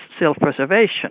self-preservation